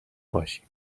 باشیم